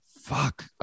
fuck